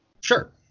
Sure